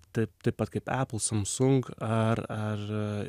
taip taip pat kaip apple samsung ar ar